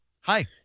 Hi